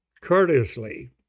courteously